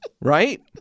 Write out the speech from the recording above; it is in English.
Right